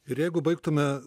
jeigu baigtume